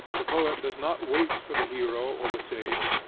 the poet does not wait for the hero or the sage,